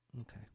Okay